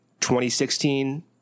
2016